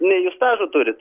nei jūs stažo turi